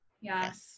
Yes